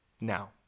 now